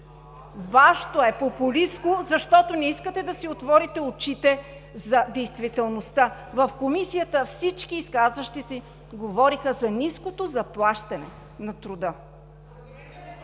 Вашето е популистко, защото не искате да си отворите очите за действителността. В Комисията всички изказващи се говориха за ниското заплащане на труда.